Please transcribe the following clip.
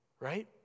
right